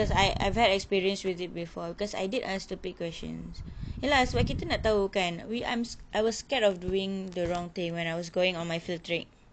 cause I I've had experience with it before because I did ask stupid questions ya lah sebab kita nak tahu kan we I'm I was scared of doing the wrong thing when I was going on my field trip